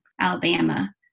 Alabama